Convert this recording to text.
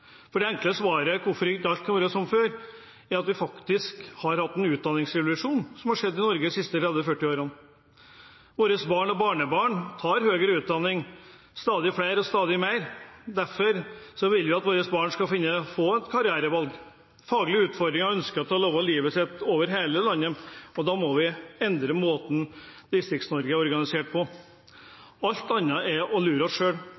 uansett. Det enkle svaret på hvorfor ikke alt kan være som før, er at vi faktisk har hatt en utdanningsrevolusjon i Norge de siste 30–40 årene. Våre barn og barnebarn tar høyere utdanning – stadig flere og stadig mer. Dersom vi vil at våre barn skal få karrierevalg og faglige utfordringer, og de ønsker å leve livet sitt over hele landet, må vi endre måten Distrikts-Norge er organisert på. Alt annet er å lure oss